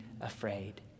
afraid